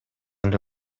эле